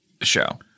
show